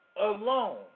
alone